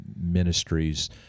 ministries